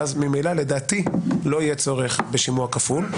ואז ממילא לדעתי לא יהיה צורך בשימוע כפול.